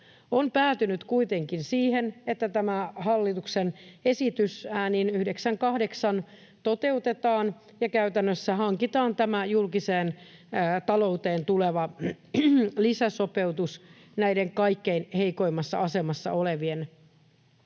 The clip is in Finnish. on päätynyt kuitenkin siihen, että tämä hallituksen esitys äänin 9—8 toteutetaan ja käytännössä hankitaan tämä julkiseen talouteen tuleva lisäsopeutus näiden kaikkein heikoimmassa asemassa olevien